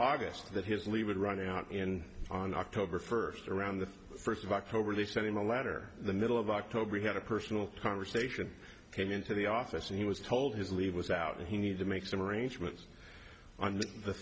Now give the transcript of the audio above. august that his leave would run out and on october first around the first of october they sent him a letter in the middle of october he had a personal conversation came into the office and he was told his leave was out he need to make some arrangements on the